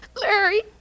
Larry